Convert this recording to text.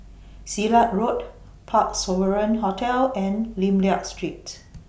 Silat Road Parc Sovereign Hotel and Lim Liak Street